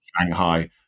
Shanghai